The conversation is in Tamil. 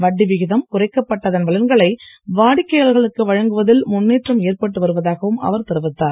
வட்டி விகிதம் குறைக்கப்பட்டதன் பலன்களை வாடிக்கை யாளர்களுக்கு வழங்குவதில் முன்னேற்றம் ஏற்பட்டு வருவதாகவும் அவர் தெரிவித்தார்